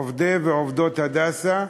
עובדי ועובדות "הדסה".